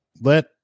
let